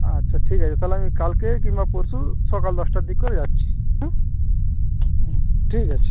আচ্ছা ঠিক আছে তাহলে আমি কালকে কিংবা পরশু সকাল দশটার দিক করে যাচ্ছি হ্যাঁ হুম ঠিক আছে